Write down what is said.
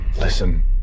Listen